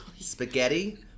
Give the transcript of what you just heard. spaghetti